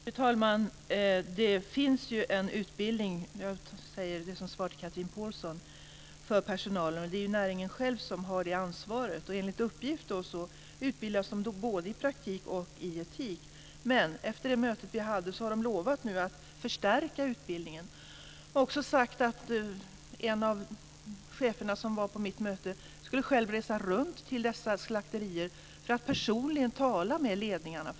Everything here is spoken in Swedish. Fru talman! Det finns en utbildning för personalen. Jag säger det som svar till Chatrine Pålsson. Det är näringen själv som har det ansvaret. Enligt uppgift utbildas de både i praktik och i etik. Men efter det möte vi hade har man lovat att förstärka utbildningen. En av cheferna som var på mitt möte skulle själv resa runt till dessa slakterier för att personligen tala med ledningarna.